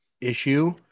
issue